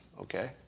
okay